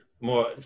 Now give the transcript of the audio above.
more